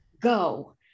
go